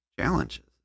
challenges